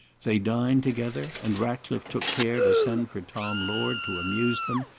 they dined together and ratcliffe took care to send for tom lord to amuse them,